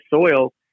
soil